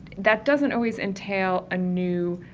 that doesn't always entail a new,